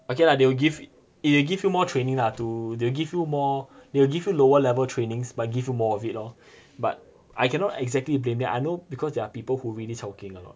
okay lah they will give it they will give you more training lah to they'll give you more they will give you lower level trainings but give more of it lor but I cannot exactly blame it I know because there are people who really chao keng lah